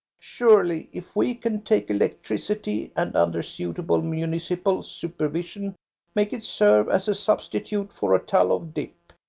surely if we can take electricity and under suitable municipal supervision make it serve as a substitute for a tallow dip,